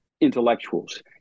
intellectuals